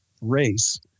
race